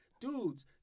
Dudes